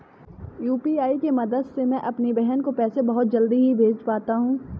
UPI के मदद से मैं अपनी बहन को पैसे बहुत जल्दी ही भेज पाता हूं